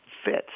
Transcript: fits